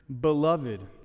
beloved